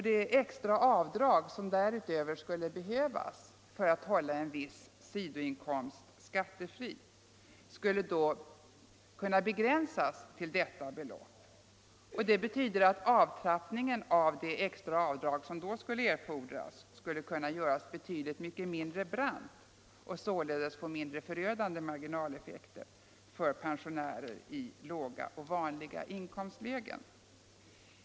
Det extra avdrag som därutöver skulle krävas för en skattefri si doinkomst på 3 800 kr. skulle då kunna begränsas till detta belopp. Avtrappningen av detta extra avdrag skulle då kunna göras betydligt mindre brant och således medföra mindre förödande marginaleffekter för pensionärer i låga och vanliga inkomstlägen.